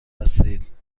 هستید